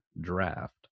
draft